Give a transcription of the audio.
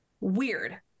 weird